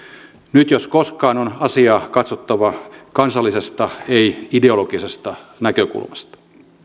nyt jos koskaan on asiaa katsottava kansallisesta ei ideologisesta näkökulmasta